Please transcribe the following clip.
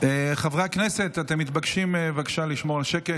חברי הכנסת, אתם מתבקשים לשמור על השקט.